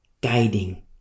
guiding